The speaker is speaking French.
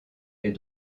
est